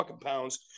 pounds